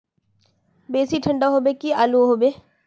बेसी ठंडा होबे की आलू होबे